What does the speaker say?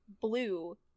blue